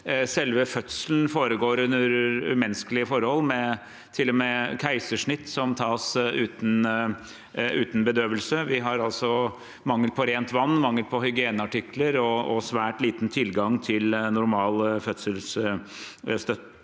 Selve fødselen foregår under umenneskelige forhold, med til og med keisersnitt som tas uten bedøvelse. Man har mangel på rent vann, mangel på hygieneartikler og svært liten tilgang til normal fødselsstøtte.